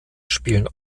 spielen